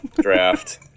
draft